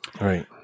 Right